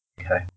Okay